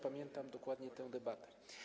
Pamiętam dokładnie tę debatę.